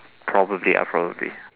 probably ah probably